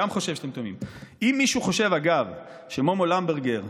גם חושב שהם מטומטמים.